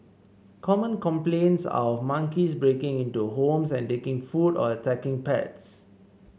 common complaints are of monkeys breaking into homes and taking food or attacking pets